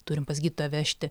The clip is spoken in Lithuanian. turim pas gydytoją vežti